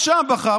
ומה שהעם בחר,